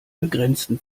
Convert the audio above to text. begrenzten